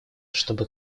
чтобы